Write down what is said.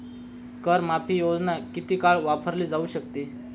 कर माफी योजना किती काळ वापरली जाऊ शकते?